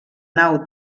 nau